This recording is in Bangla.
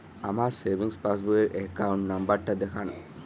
আমার সেভিংস পাসবই র অ্যাকাউন্ট নাম্বার টা দেখান?